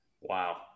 wow